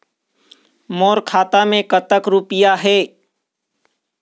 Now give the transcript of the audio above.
मोर खाता मैं कतक रुपया हे?